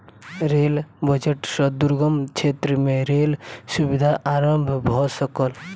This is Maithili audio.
रेल बजट सॅ दुर्गम क्षेत्र में रेल सुविधा आरम्भ भ सकल